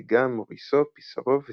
דגה, מוריסו, פיסארו וסיסלי.